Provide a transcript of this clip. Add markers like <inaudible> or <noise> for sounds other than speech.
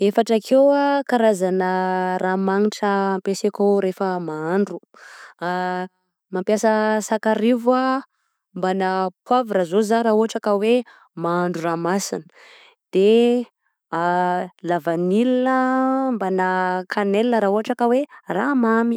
Efatra akeo karazana raha magnitra ampesaiko refa mahandro <hesitation> mampiasa sakarivo mbana poivre zô za ra ohatra ka mahandro raha masina, de la vanille mbana canelle ra ohatra ka hoe raha mamy.